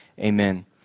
Amen